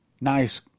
nice